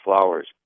flowers